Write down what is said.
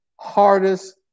hardest